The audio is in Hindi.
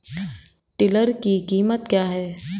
टिलर की कीमत क्या है?